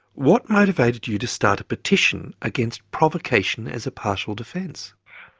what motivated you to start a petition against provocation as a partial defence?